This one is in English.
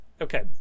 Okay